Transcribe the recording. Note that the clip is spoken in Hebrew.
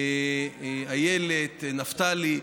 איילת, נפתלי,